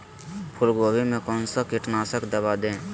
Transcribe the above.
फूलगोभी में कौन सा कीटनाशक दवा दे?